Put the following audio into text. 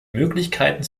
möglichkeiten